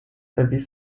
erwies